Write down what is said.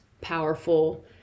powerful